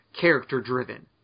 character-driven